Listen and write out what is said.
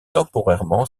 temporairement